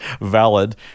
valid